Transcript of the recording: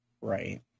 Right